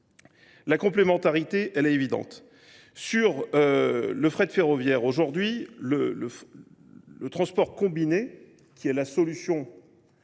La complémentarité, elle est évidente. Sur le frais de ferroviaire aujourd'hui, le transport combiné, qui est la solution